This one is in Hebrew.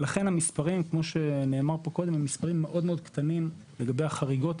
לכן המספרים כמו שנאמר פה קודם הם מספרים מאוד קטנים לגבי החקירות,